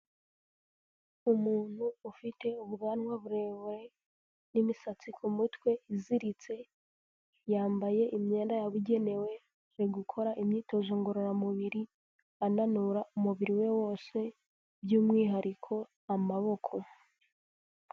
Umuntu ufite ubwanwa burebure n'imisatsi ku mutwe iziritse, yambaye imyenda yabugenewe, ari gukora imyitozo ngororamubiri ananura umubiri we wose, by'umwihariko amaboko.